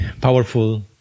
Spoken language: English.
powerful